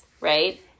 right